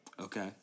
Okay